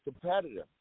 competitive